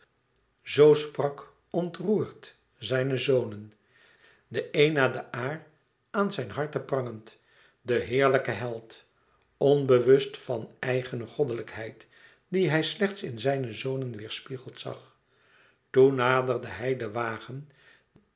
zoo sprak ontroerd zijne zonen den een na den âar aan zijn harte prangend de heerlijke held onbewust van eigene goddelijkheid die hij slechts in zijne zonen weêrspiegeld zag toen naderde hij den wagen